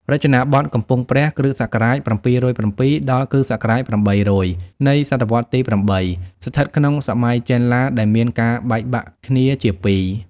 រចនាបថកំពង់ព្រះ គ.ស.៧០៧ ដល់គ.ស. ៨០០ នៃ សតវត្សទី៨ ស្ថិតក្នុងសម័យចេនឡាដែលមានការបែក បាក់គ្នាជាពីរ។